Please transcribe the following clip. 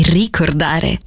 ricordare